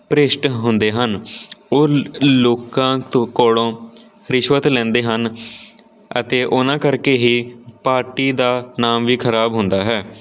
ਭ੍ਰਿਸ਼ਟ ਹੁੰਦੇ ਹਨ ਉਹ ਲ ਲੋਕਾਂ ਤੋਂ ਕੋਲੋਂ ਰਿਸ਼ਵਤ ਲੈਂਦੇ ਹਨ ਅਤੇ ਉਹਨਾਂ ਕਰਕੇ ਹੀ ਪਾਰਟੀ ਦਾ ਨਾਮ ਵੀ ਖਰਾਬ ਹੁੰਦਾ ਹੈ